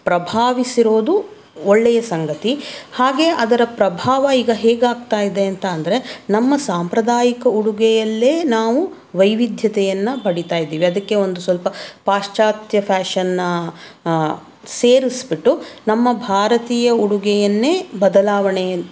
ಪ್ರಭಾವಿಸಿರೋದು ಒಳ್ಳೆಯ ಸಂಗತಿ ಹಾಗೆ ಅದರ ಪ್ರಭಾವ ಈಗ ಹೇಗಾಗ್ತಾ ಇದೆ ಅಂತ ಅಂದರೆ ನಮ್ಮ ಸಾಂಪ್ರದಾಯಿಕ ಉಡುಗೆಯಲ್ಲೇ ನಾವು ವೈವಿಧ್ಯತೆಯನ್ನು ಪಡೀತಾ ಇದ್ದೀವಿ ಅದಕ್ಕೆ ಒಂದು ಸ್ವಲ್ಪ ಪಾಶ್ಚಾತ್ಯ ಫ್ಯಾಷನ್ನ್ನಾ ಸೇರಸ್ಬಿಟ್ಟು ನಮ್ಮ ಭಾರತೀಯ ಉಡುಗೆಯನ್ನೇ ಬದಲಾವಣೆ